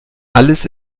alles